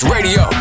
Radio